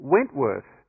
Wentworth